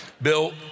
Bill